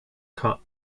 cut